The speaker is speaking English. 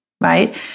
right